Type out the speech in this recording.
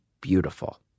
beautiful